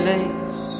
Lakes